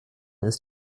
ist